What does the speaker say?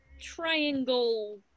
triangle